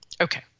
Okay